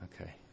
Okay